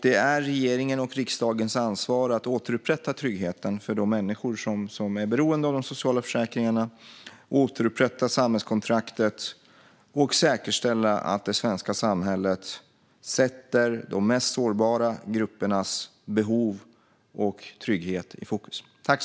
Det är regeringens och riksdagens ansvar att återupprätta tryggheten för de människor som är beroende av de sociala försäkringarna, återupprätta samhällskontraktet och säkerställa att det svenska samhället sätter de mest sårbara gruppernas behov och trygghet i fokus.